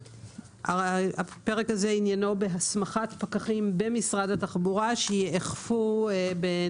הפרק הזה עניינו בהסמכת פקחים במשרד התחבורה שיאכפו את